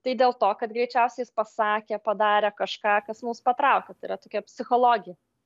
tai dėl to kad greičiausiai jis pasakė padarė kažką kas mus patraukia tai yra tokia psichologija